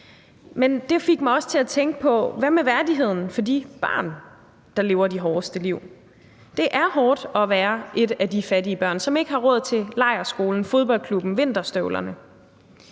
Men det fik mig også til at tænke på: Hvad med værdigheden for de børn, der lever de hårdeste liv? Det er hårdt at være et af de fattige børn, som ikke har råd til lejrskolen, fodboldklubben og vinterstøvlerne.